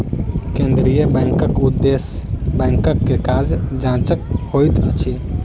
केंद्रीय बैंकक उदेश्य बैंक के कार्य जांचक होइत अछि